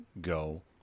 go